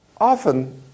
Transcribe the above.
Often